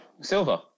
Silver